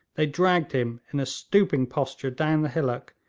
they dragged him in a stooping posture down the hillock,